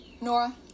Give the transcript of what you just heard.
Nora